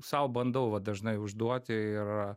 sau bandau va dažnai užduoti ir